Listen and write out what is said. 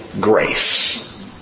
grace